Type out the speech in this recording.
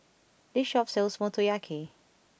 this shop sells Motoyaki